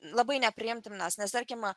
labai nepriimtinas nes tarkim